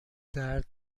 درد